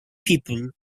people